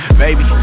baby